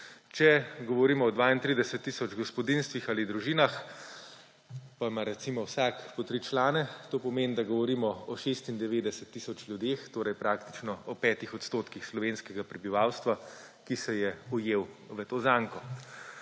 Če govorimo o 32 tisoč gospodinjstvih ali družinah, pa ima, recimo, vsako po tri člane, to pomeni, da govorimo o 96 tisoč ljudeh, torej praktično o 5 odstotkih slovenskega prebivalstva, ki se je ujel v to zanko.